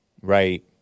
Right